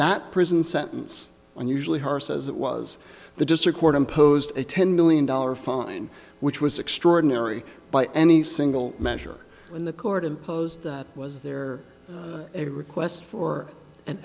that prison sentence unusually harsh as it was the district court imposed a ten million dollar fine which was extraordinary by any single measure in the court imposed that was there a request for an